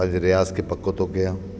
पंहिंजे रियाज़ खे पको थो कया